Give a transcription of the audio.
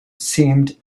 seemed